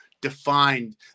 Defined